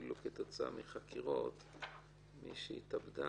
שכאילו כתוצאה מחקירות מישהי התאבדה.